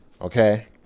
okay